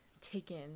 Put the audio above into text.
taken